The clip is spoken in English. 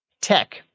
tech